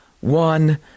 one